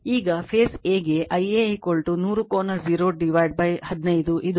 ಈಗ phase a ಗೆ Ia 100 ಕೋನ 0 15 ಇದು 6